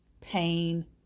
pain